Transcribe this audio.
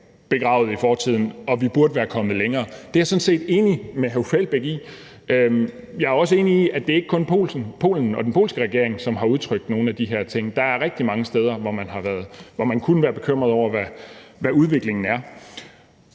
begravet i fortiden, og vi burde være kommet længere. Det er jeg sådan set enig med hr. Uffe Elbæk i. Jeg er også enig i, at det ikke kun er Polen og den polske regering, som har udtrykt nogle af de her ting. Der er rigtig mange steder, hvor man kan være bekymret over, hvordan udviklingen er.